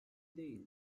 değil